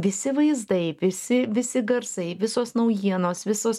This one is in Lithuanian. visi vaizdai visi visi garsai visos naujienos visos